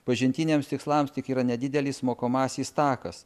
pažintiniams tikslams tik yra nedidelis mokomasis takas